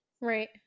Right